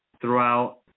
throughout